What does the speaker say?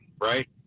right